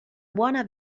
buona